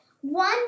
One